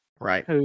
Right